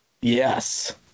Yes